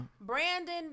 Brandon